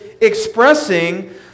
expressing